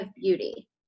beauty